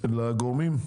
עובר לגורמים?